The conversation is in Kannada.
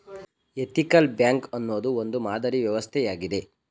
ಎಥಿಕಲ್ ಬ್ಯಾಂಕ್ಸ್ ಅನ್ನೋದು ಒಂದು ಮಾದರಿ ವ್ಯವಸ್ಥೆ ಆಗಿದೆ